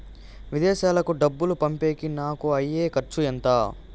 విదేశాలకు డబ్బులు పంపేకి నాకు అయ్యే ఖర్చు ఎంత?